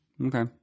Okay